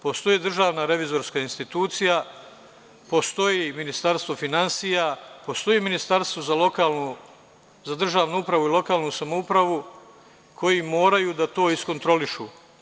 Postoji Državna revizorska institucija, postoji Ministarstvo finansija, postoji Ministarstvo za državnu upravu i lokalnu samoupravu koji moraju da to iskontrolišu.